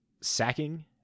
sacking